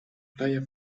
playa